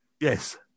Yes